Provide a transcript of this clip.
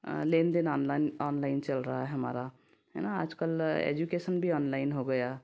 लेन देन online online चल रहा है हमारा है न आजकल एजुकेशन भी ऑनलाइन हो गया